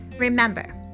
Remember